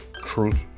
truth